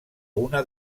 una